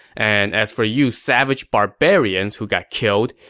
and as for you savage barbarians who got killed,